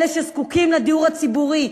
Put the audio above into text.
אלה שזקוקים לדיור הציבורי,